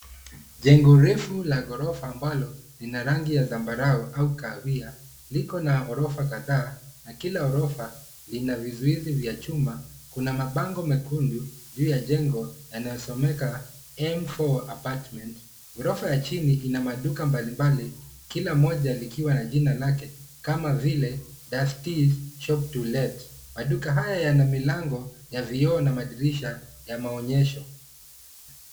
Jengo refu la ghorofa ambalo lina rangi ya zambarau au kahawia liko na ghorofa kadhaa na kila ghorofa lina vizuizi vya chuma. Kuna mabango mekundu juu ya jengo yanayosomeka m4 apartment . Ghorofa ya chini ina maduka mbalimbali, kila moja likiwa na jina lake kama vile dustees shop to let . Maduka haya yana milango ya vioo na madirisha ya maonyesho.